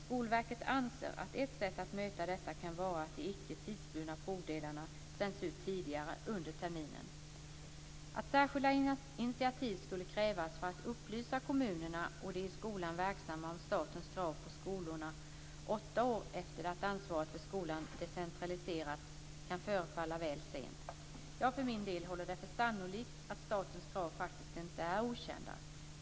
Skolverket anser att ett sätt att möta detta kan vara att de icke tidsbundna provdelarna sänds ut tidigare under terminen. Att särskilda initiativ skulle krävas för att upplysa kommunerna och de i skolan verksamma om statens krav på skolorna åtta år efter det att ansvaret för skolan decentraliserats kan förefalla väl sent. Jag för min del håller det för sannolikt att statens krav faktiskt inte är okända.